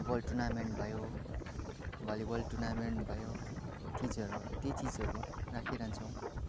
football tournament भयो volleyball tournament भयो तिजहरू ती चिजहरू राखिरहन्छौँ